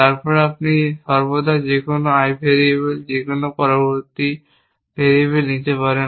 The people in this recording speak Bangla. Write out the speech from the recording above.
তারপর আপনি সর্বদা যেকোনো I ভেরিয়েবল যেকোনো পরবর্তী ভেরিয়েবল নিতে পারেন